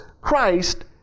Christ